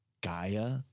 gaia